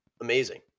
amazing